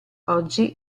oggi